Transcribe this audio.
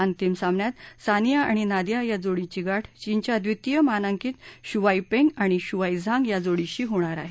अंतिम सामन्यात सानिया आणि नादिया या जोडीची गाठ चीनच्या द्वितीय मानांकित शुवाई पेंग आणि शुवाई झांग या जोड़ीशी होणार आहे